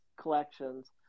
collections